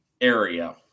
area